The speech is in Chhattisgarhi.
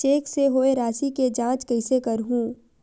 चेक से होए राशि के जांच कइसे करहु?